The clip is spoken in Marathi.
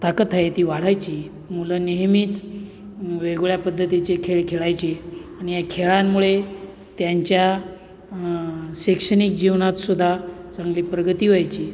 ताकद आहे ती वाढायची मुलं नेहमीच वेगवेगळ्या पद्धतीचे खेळ खेळायची आणि या खेळांमुळे त्यांच्या शैक्षणिक जीवनातसुद्धा चांगली प्रगती व्हायची